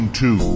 two